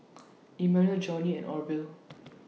Immanuel Johnny and Orvil